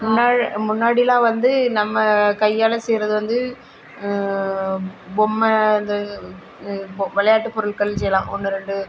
முன்னால் முன்னாடிலாம் வந்து நம்ம கையால் செய்கிறது வந்து பொம்மை அந்த விளையாட்டு பொருட்கள் செய்யலாம் ஒன்று ரெண்டு